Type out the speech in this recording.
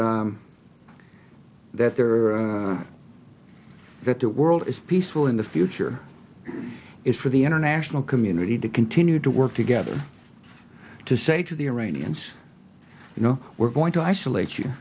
that that there are that the world is peaceful in the future is for the international community to continue to work together to say to the iranians you know we're going to isolate you